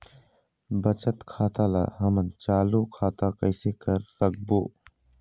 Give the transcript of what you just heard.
बचत खाता ला हमन चालू खाता कइसे कर सकबो?